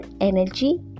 energy